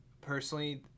personally